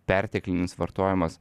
perteklinis vartojimas